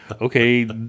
okay